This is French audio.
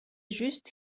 juste